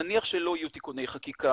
נניח שלא יהיו תיקוני חקיקה,